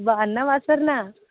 బాగున్నావా అపర్ణ